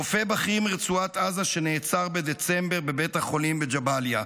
רופא בכיר מרצועת עזה שנעצר בדצמבר בבית החולים בג'באליה,